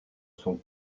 sont